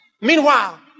Meanwhile